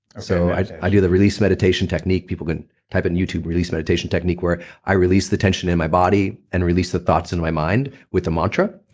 so i i do the release meditation technique. people can type in youtube release meditation technique where i release the tension in my body and release the thoughts in my mind with a mantra.